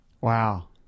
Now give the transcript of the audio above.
Wow